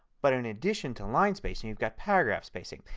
but in addition to line spacing you've got paragraph spacing.